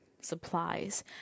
supplies